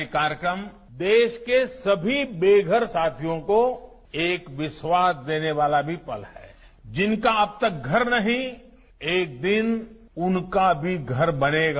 यह कार्यक्रम देश के सभी बेघर साथियों को एक विश्वास देने वाला भी पल है जिनका अब तक घर नहीं एक दिन उनका भी घर बनेगा